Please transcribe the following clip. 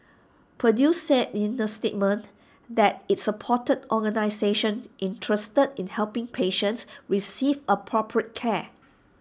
purdue said in the statement that IT supported organisations interested in helping patients receive appropriate care